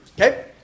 Okay